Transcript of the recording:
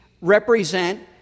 represent